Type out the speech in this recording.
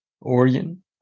Oregon